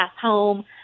home